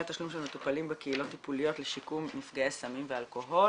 התשלום של מטופלים בקהילות טיפוליות לשיקום נפגעי סמים ואלכוהול.